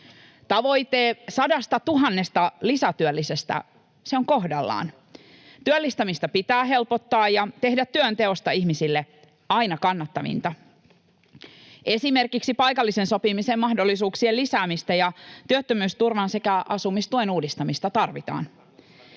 Tavoitteet sadastatuhannesta lisätyöllisestä on kohdallaan. Työllistämistä pitää helpottaa ja tehdä työnteosta ihmisille aina kannattavinta. Esimerkiksi paikallisen sopimisen mahdollisuuksien lisäämistä ja työttömyysturvan sekä asumistuen uudistamista tarvitaan.